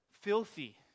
filthy